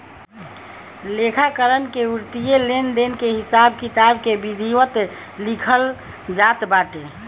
लेखाकरण में वित्तीय लेनदेन के हिसाब किताब के विधिवत लिखल जात बाटे